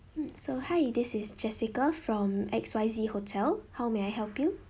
mm so hi this is jessica from X Y Z hotel how may I help you